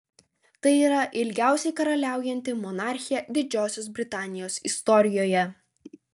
tai yra ilgiausiai karaliaujanti monarchė didžiosios britanijos istorijoje